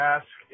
ask